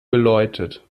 geläutet